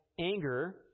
anger